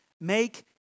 Make